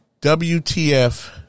WTF